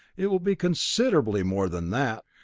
it will be considerably more than that.